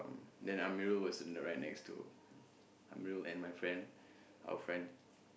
then Amirul was in the ride next to Amirul and my friend our friend